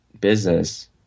business